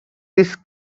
this